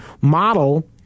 model